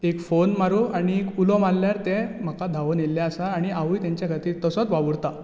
एक फोन मारूं आनी एक उलो मारल्यार ते म्हाका धावूंन आयिल्ले आसा आनी हावूंय तांचे खातीर तसोच वावुरता